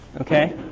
Okay